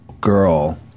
girl